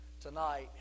tonight